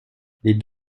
les